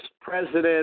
president